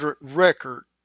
record